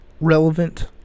relevant